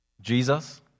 Jesus